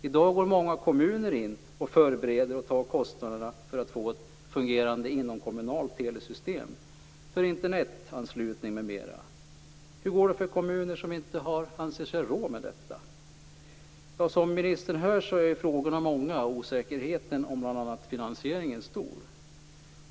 I dag förbereder många kommuner och tar kostnaderna för att få ett fungerande inomkommunalt telesystem för Internetanslutning m.m. Hur går det för kommuner som inte anser sig ha råd med detta? Som ministern sade är frågorna många och osäkerheten om bl.a. finansieringen stor.